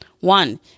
One